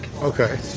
Okay